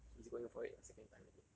he's going for it a second time already eh